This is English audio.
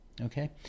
okay